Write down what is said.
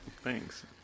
Thanks